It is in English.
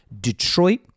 Detroit